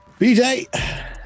BJ